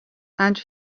and